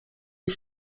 est